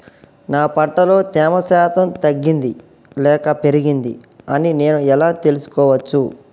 నా పంట లో తేమ శాతం తగ్గింది లేక పెరిగింది అని నేను ఎలా తెలుసుకోవచ్చు?